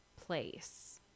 place